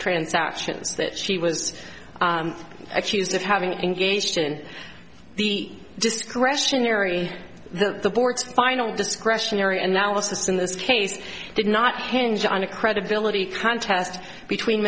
transactions that she was accused of having engaged in the discretionary the board's final discretionary analysis in this case did not hinge on the credibility contest between